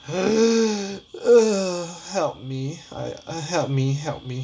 ugh help me I I help me help me